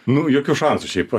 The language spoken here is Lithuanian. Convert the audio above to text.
nu jokių šansų šiaip